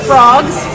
Frogs